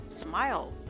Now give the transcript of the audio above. Smile